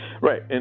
right